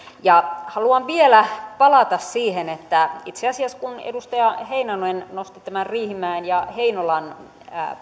haluan vielä palata siihen itse asiassa kun edustaja heinonen nosti nämä riihimäen ja heinolan